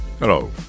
Hello